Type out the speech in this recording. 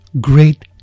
great